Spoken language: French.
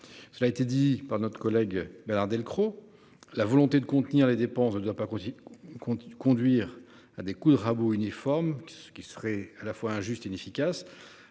Cela a été dit par notre collègue Bernard Delcros, la volonté de contenir les dépenses de doit pas aussi con conduire à des coups de rabot uniforme que ce qui serait à la fois injuste, inefficace.